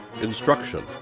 Instruction